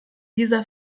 dieser